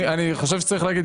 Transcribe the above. אני חושב שצריך להגיד,